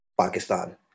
Pakistan